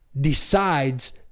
decides